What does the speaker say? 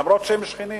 אף שהם שכנים,